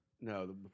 No